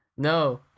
No